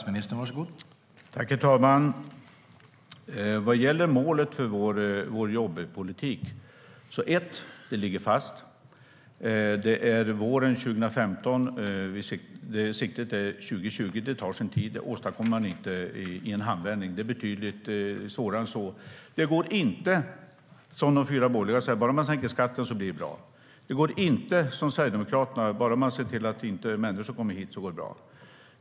Herr talman Vad gäller målet för vår jobbpolitik: Först och främst ligger det fast. Det är nu våren 2015, och siktet är på 2020. Det tar sin tid. Man åstadkommer inte detta i en handvändning. Det är betydligt svårare än så. Det går inte att göra som de fyra borgerliga säger - bara man sänker skatten blir det bra. Det går inte att göra som Sverigedemokraterna säger - bara man ser till att människor inte kommer hit blir det bra.